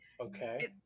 okay